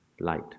light